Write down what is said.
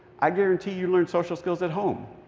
i guarantee you learned social skills at home.